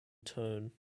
tone